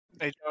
Hey